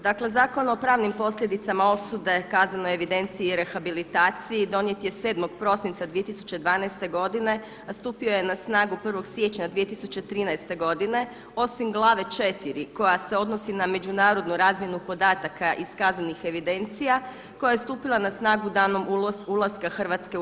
Dakle, Zakon o pravnim posljedicama osude kaznene evidencije i rehabilitaciji donijet je 7. prosinca 2012. godine, a stupio je na snagu 1. siječnja 2013. godine osim glave 4 koja se odnosi na međunarodnu razmjenu podataka iz kaznenih evidencija koja je stupila na snagu danom ulaska Hrvatske u EU.